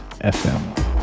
FM